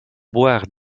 boire